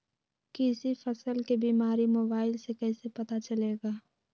किसी फसल के बीमारी मोबाइल से कैसे पता चलेगा?